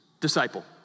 disciple